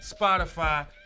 Spotify